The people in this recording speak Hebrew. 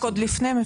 רק עוד לפני כן,